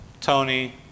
tony